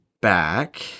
back